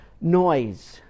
noise